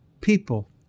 People